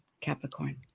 Capricorn